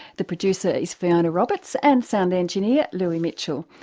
the producer is fiona roberts and sound engineer louis mitchell.